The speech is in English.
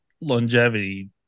longevity